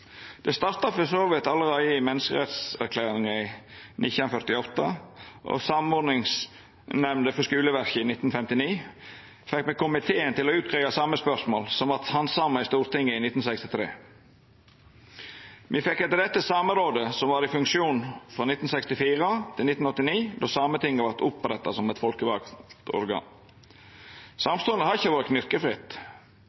Det starta for så vidt allereie i menneskerettserklæringa i 1948, og i Samordningsnemnda for skoleverket i 1959 fekk me komiteen til å utgreia samespørsmål, som vart handsama i Stortinget i 1963. Me fekk etter dette Samerådet, som var i funksjon frå 1964 til 1989, då Sametinget vart oppretta som eit folkevalt organ.